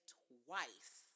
twice